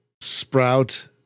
sprout